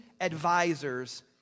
advisors